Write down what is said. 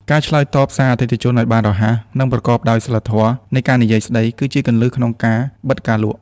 ការឆ្លើយតបសារអតិថិជនឱ្យបានរហ័ស និងប្រកបដោយ សីលធម៌នៃការនិយាយស្ដី គឺជាគន្លឹះក្នុងការបិទការលក់។